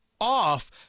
off